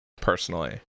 personally